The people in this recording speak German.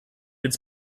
ins